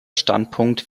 standpunkt